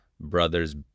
brothers